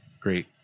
great